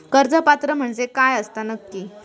कर्ज पात्र म्हणजे काय असता नक्की?